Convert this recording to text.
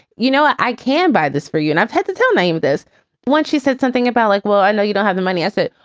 you know, i can buy this for you and i've had to tell me this once she said something about like, well, i know you don't have the money. i said,